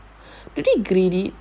will they grade it